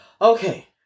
Okay